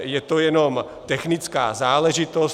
Je to jenom technická záležitost.